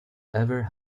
ever